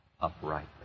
uprightly